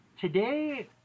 today